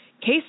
case